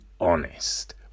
Honest